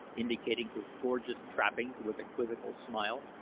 indicating his gorgeous trappings with a quizzical smile.